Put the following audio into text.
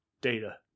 Data